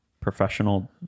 professional